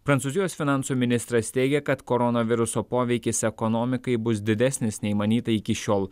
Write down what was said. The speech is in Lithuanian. prancūzijos finansų ministras teigia kad koronaviruso poveikis ekonomikai bus didesnis nei manyta iki šiol